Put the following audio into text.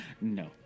No